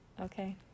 Okay